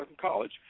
college